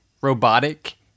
robotic